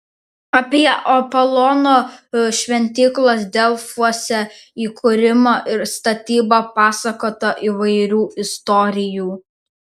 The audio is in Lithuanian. apie apolono šventyklos delfuose įkūrimą ir statybą pasakota įvairių istorijų